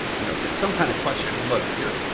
you know, some kind of question. i mean look, if you're,